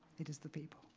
it is the people.